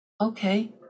okay